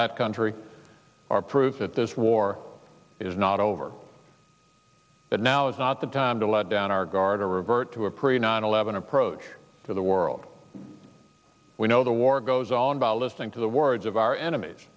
that country are proof that this war is not over but now is not the time to let down our guard or revert to a pretty nice eleven approach to the world we know the war goes on by listening to the words of our enemies